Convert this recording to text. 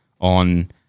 on